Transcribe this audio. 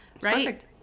right